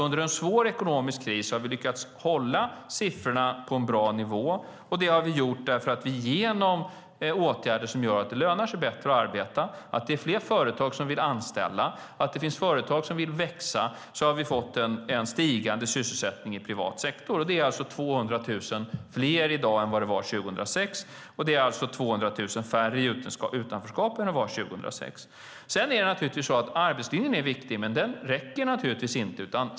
Under en svår ekonomisk kris har vi alltså lyckats hålla siffrorna på en bra nivå. Genom åtgärder som gör att det lönar sig bättre att arbeta, att det är fler företag som vill anställa och att det finns företag som vill växa har vi fått en stigande sysselsättning i privat sektor. Det är alltså 200 000 fler som arbetar i dag än det var 2006. Det är alltså 200 000 färre i utanförskapet än det var 2006. Arbetslinjen är naturligtvis viktig, men den räcker inte.